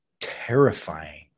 terrifying